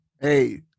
Hey